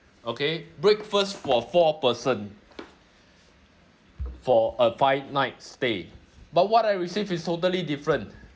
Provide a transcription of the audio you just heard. okay breakfast for four person for a five nights stay but what I received is totally different